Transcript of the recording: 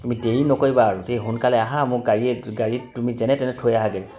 তুমি দেৰি নকৰিবা আৰু দেই সোনকালে আহাঁ মোৰ গাড়ীয়ে গাড়ীত তুমি যেনে তেনে থৈ আহাঁগৈ